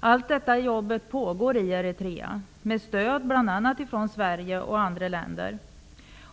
Allt detta pågår i Eritrea, med stöd bl.a. från Sverige och andra länder.